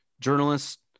journalists